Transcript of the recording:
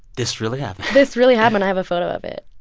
this really happened? this really happened. i have a photo of it